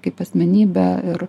kaip asmenybė ir